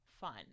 fun